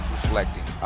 Reflecting